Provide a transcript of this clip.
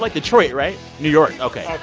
like detroit, right? new york. ok.